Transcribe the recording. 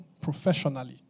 professionally